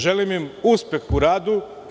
Želim im uspeh u radu.